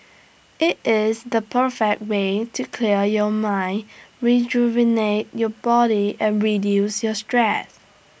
IT is the perfect way to clear your mind rejuvenate your body and reduce your stress